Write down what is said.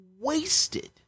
wasted